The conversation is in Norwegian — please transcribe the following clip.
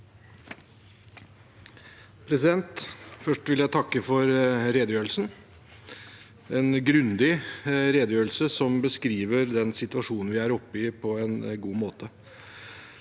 Først vil jeg takke for redegjørelsen, en grundig redegjørelse som beskriver den situasjonen vi er oppe i, på en god måte.